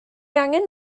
angen